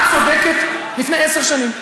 את צודקת לפני עשר שנים,